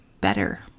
better